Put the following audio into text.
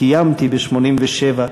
ב-1987,